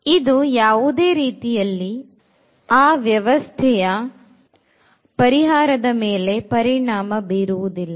ಇದು ಯಾವುದೇ ರೀತಿಯಲ್ಲಿ ಆ ವ್ಯವಸ್ಥೆಯ ಪರಿಹಾರದ ಮೇಲೆ ಪರಿಣಾಮ ಬೀರುವುದಿಲ್ಲ